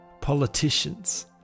politicians